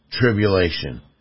tribulation